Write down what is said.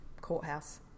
courthouse